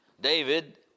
David